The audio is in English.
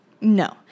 no